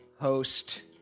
host